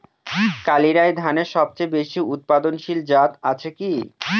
কালিরাই ধানের সবচেয়ে বেশি উৎপাদনশীল জাত আছে কি?